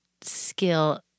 skill